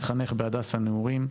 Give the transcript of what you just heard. התחנך ב"הדסה נעורים".